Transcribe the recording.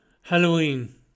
Halloween